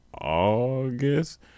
August